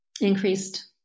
increased